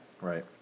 Right